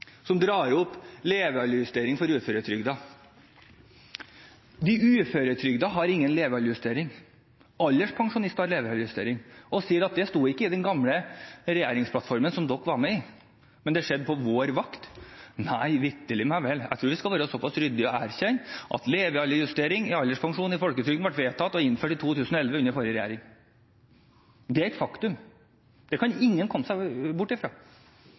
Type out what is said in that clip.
som drar opp levealdersjustering for uføretrygdede. De uføretrygdede har ingen levealdersjustering. Alderspensjonister har levealdersjustering. Å si at det ikke sto i den gamle regjeringsplattformen som SV var med i, men skjedde på vår vakt – nei, vitterlig, jeg tror vi skal være såpass ryddige og erkjenne at levealderjustering i alderspensjon i folketrygden ble vedtatt og innført i 2011, under forrige regjering. Det er et faktum. Det kan ingen komme seg bort